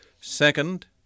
Second